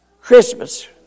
Christmas